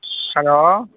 hello